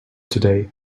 today